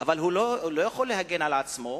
שלא יכול להגן על עצמו,